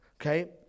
Okay